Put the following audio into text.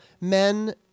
Men